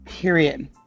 period